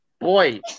boy